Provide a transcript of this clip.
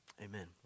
Amen